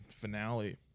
finale